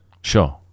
Sure